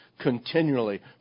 continually